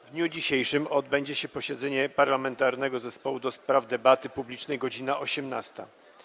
W dniu dzisiejszym odbędzie się posiedzenie Parlamentarnego Zespołu ds. Debaty Publicznej - godz. 18.